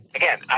again